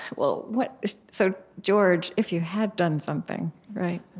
well, what so george, if you had done something, right?